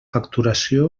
facturació